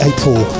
April